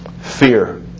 Fear